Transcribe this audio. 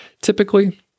typically